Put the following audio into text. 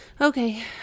Okay